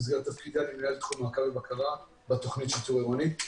במסגרת תפקידי אני מנהל את תחום מעקב ובקרה בתוכנית שיטור עירוני.